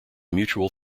mutual